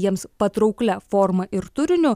jiems patrauklia forma ir turiniu